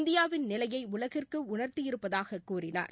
இந்தியாவின் நிலையை உலகிற்கு உணர்த்தியிருப்பதாகக் கூறினார்